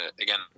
again